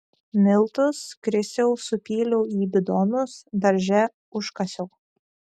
miltus krisiau supyliau į bidonus darže užkasiau